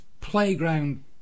playground